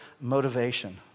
motivation